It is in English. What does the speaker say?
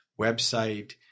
website